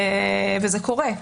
וזה קורה.